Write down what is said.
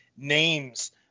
Names